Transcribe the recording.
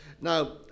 Now